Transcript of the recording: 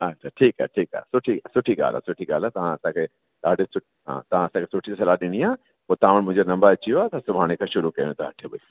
हा त ठीकु आहे ठीकु आहे सुठी सुठी ॻाल्हि आहे सुठी ॻाल्हि आहे तव्हां असांखे ॾाढी सुठी हा तव्हां असांखे सुठी सलाहु ॾिनी आहे पोइ तव्हां वटि मुंहिंजो नंबर अची वियो आहे सुभाणे खां शुरू कयूं त अठे बजे